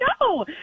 no